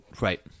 Right